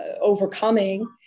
overcoming